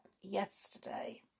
yesterday